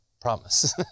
Promise